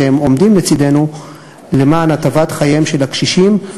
שהם עומדים לצדנו למען הטבת חייהם של הקשישים.